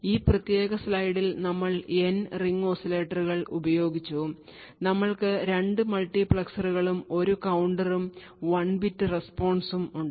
ഈ പ്രത്യേക സ്ലൈഡിൽ നമ്മൾ N റിംഗ് ഓസിലേറ്ററുകൾ ഉപയോഗിച്ചു നമ്മൾക്ക് 2 മൾട്ടിപ്ലക്സറുകളും ഒരു കൌണ്ടറും 1 ബിറ്റ് response ഉം ഉണ്ട്